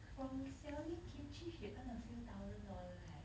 from selling kimchi she earn a few thousand dollars leh